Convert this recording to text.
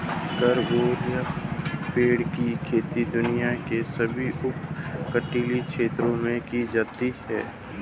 carambola पेड़ की खेती दुनिया के सभी उष्णकटिबंधीय क्षेत्रों में की जाती है